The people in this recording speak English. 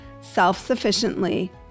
self-sufficiently